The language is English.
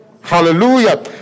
Hallelujah